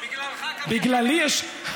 בגללי יש?